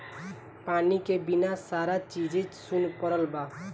पानी के बिना सारा चीजे सुन परल बा